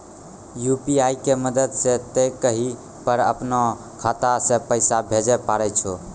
UPI के मदद से तोय कहीं पर अपनो खाता से पैसे भेजै पारै छौ